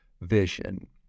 vision